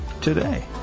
today